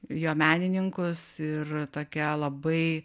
jo menininkus ir tokia labai